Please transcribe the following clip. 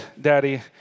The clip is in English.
Daddy